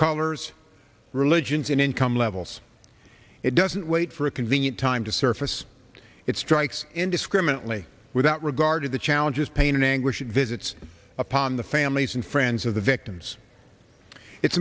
colors religions and income levels it doesn't wait for a convenient time to surface it strikes only without regard to the challenges pain and anguish visits upon the families and friends of the victims it's